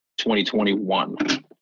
2021